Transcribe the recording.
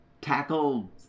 tackle